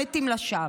הם מתים לשווא.